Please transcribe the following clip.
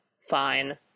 fine